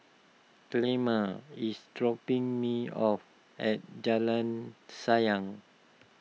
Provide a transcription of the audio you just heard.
Clemma is dropping me off at Jalan Sayang